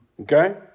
okay